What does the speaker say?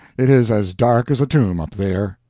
it is as dark as a tomb up there.